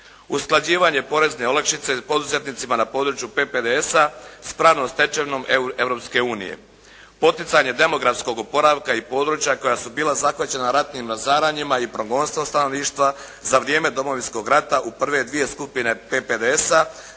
usklađivanje porezne olakšice poduzetnicima na području PPDS-a s pravnom stečevinom Europske unije, poticanje demografskog oporavka i područja koja su bila zahvaćena ratnim razaranjima i progonstvom stanovništva za vrijeme Domovinskog rata u prve dvije skupine PPDS-a,